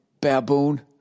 baboon